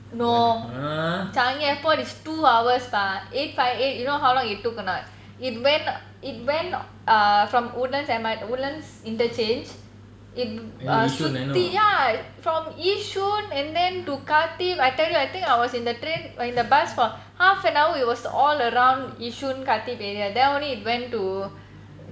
no changi airport is two hours pa eight five eight you know how long it took or not it went it went err from woodlands M R woodlands interchange it err சுத்தி:suthi ya from yishun and then to khatib I tell you I think I was in the train in the bus from half an hour it was all around yishun khatib area then only it went to